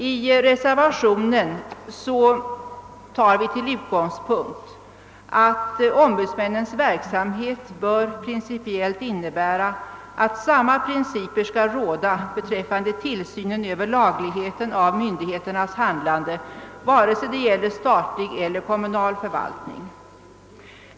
Vi reservanter har som utgångspunkt, att samma principer skall råda beträffande tillsynen över lagligheten av myndigheternas handlande vare sig det gäller statlig eller kommunal förvaltning.